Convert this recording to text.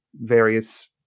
various